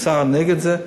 האוצר נגד זה.